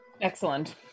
excellent